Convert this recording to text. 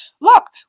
look